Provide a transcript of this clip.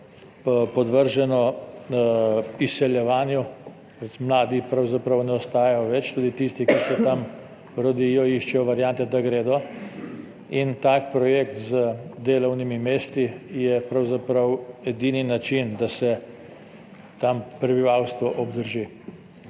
podvrženo izseljevanju, mladi pravzaprav ne ostajajo več, tudi tisti, ki se tam rodijo, iščejo variante, da gredo. Tak projekt z delovnimi mesti je pravzaprav edini način, da se tam prebivalstvo obdrži.